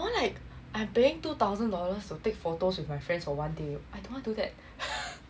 more like I'm paying two thousand dollars to take photos with my friends for one day I don't want do that